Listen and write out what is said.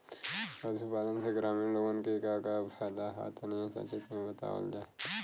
पशुपालन से ग्रामीण लोगन के का का फायदा ह तनि संक्षिप्त में बतावल जा?